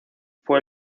fue